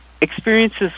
experiences